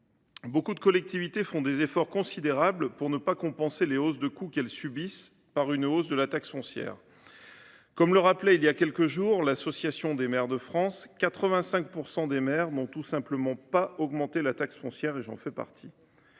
Beaucoup de collectivités font des efforts considérables pour ne pas compenser les hausses de coûts qu’elles subissent par une hausse de la taxe foncière. Comme le rappelait voilà quelques jours l’Association des maires de France et de présidents d’intercommunalité, 85 % des maires n’ont tout simplement pas augmenté la taxe foncière ; j’en fais partie.